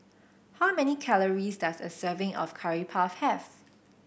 how many calories does a serving of Curry Puff have